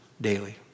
daily